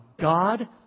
God